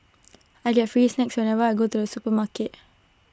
I get free snacks whenever I go to the supermarket